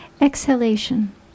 Exhalation